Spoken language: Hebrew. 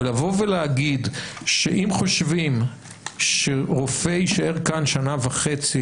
לבוא ולהגיד שאם חושבים שרופא יישאר כאן שנה וחצי